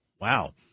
Wow